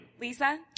Lisa